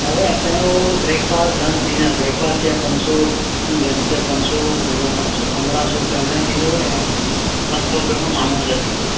दादा असांजो breakfast lunch dinner breakfast या पंज सौ लंच या पंज सौ हुन जा पंज सौ पंद्रहां सौ रुपया हुन जा थींदव ऐं पंज सौ रुपया हुन माण्हूअ जा थींदव